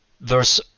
verse